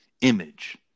image